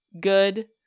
good